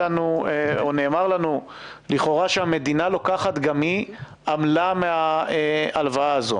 נאמר לנו לכאורה שהמדינה לוקחת גם היא עמלה של 2%-1% מהלוואה הזאת.